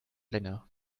länger